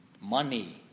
money